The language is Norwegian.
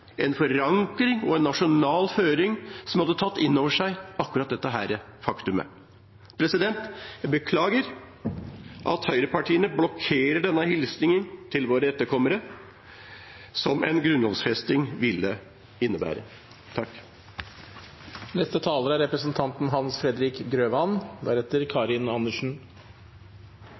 en forankring og en nasjonal føring som hadde tatt inn over seg akkurat dette faktumet. Jeg beklager at høyrepartiene blokkerer denne hilsenen til våre etterkommere som en grunnlovfesting ville innebære.